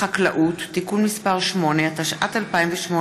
/ כ"ז כ"ט בחשוון התשע"ט / 5 7 בנובמבר 2018